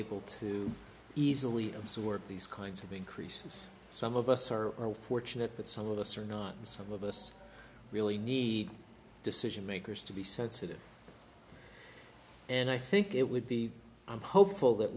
able to easily absorb these kinds of be increases some of us are fortunate that some of us are not and some of us really need decision makers to be sensitive and i think it would be i'm hopeful that